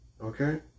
Okay